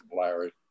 Larry